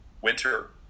winter